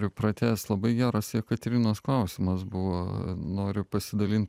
riu pratęst labai geras jekaterinos klausimas buvo noriu pasidalint